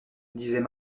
disait